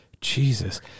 Jesus